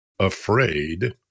afraid